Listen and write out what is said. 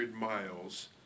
miles